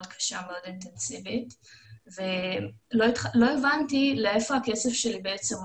קשה ואינטנסיבית ולא הבנתי לאיפה הכסף שלי בעצם הולך,